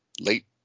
late